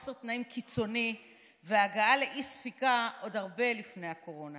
חוסר תנאים קיצוני והגעה לאי-ספיקה עוד הרבה לפני הקורונה.